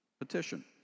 petition